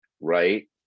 right